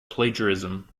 plagiarism